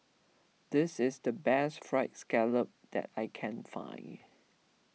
this is the best Fried Scallop that I can find